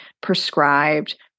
prescribed